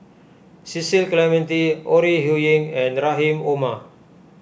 Cecil Clementi Ore Huiying and Rahim Omar